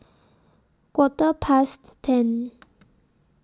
Quarter Past ten